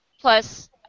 plus